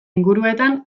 inguruetan